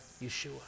Yeshua